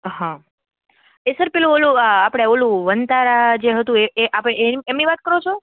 હા સર પેલું પેલું આપણે પેલું વનતારા જે હતું એ એ આપણે એમની વાત કરો છો